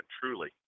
truly